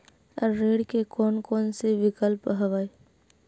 ऋण के कोन कोन से विकल्प हवय?